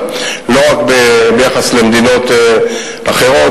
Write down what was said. לא רק בהשוואה למדינות אחרות,